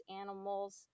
animals